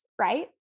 right